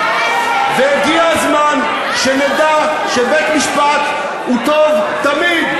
הגיע הזמן שנדע, בית-משפט הוא טוב תמיד.